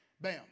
Bam